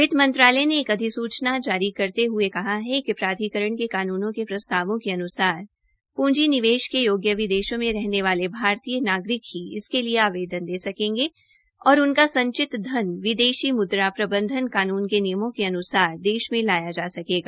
वित्तमंत्रालय ने एक अधिसूचना जारी करते हये कहा कि प्राधिकरण के कानूनों के प्रस्तावों के अन्सार पूंजी निवेश के योग्य विदेशों में रहने वाले भारतीय नागरिक ही इसके लिए आवेदन दे सकेंगे और उनका संचित धन विदेशी मुद्रा प्रबंधन कानून के नियमों के अन्सार देश में लाया जा सकेगा